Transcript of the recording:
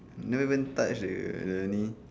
never even touch the the thing